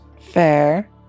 Fair